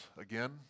again